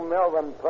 Melvin